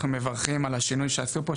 אנחנו מברכים על השינוי שעשו פה,